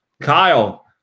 Kyle